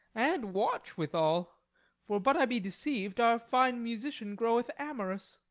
and watch withal for, but i be deceiv'd, our fine musician groweth amorous.